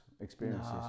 experiences